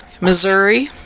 Missouri